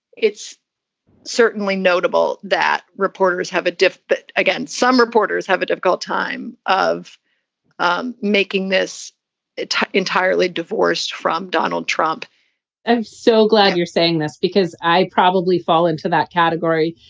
it's certainly notable that reporters have a dif but again. some reporters have a difficult time of um making this entirely divorced from donald trump i'm so glad you're saying this because i probably fall into that category.